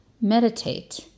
meditate